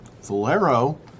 Valero